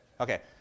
Okay